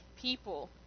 people